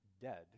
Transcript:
dead